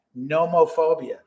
Nomophobia